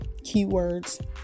keywords